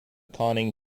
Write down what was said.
conning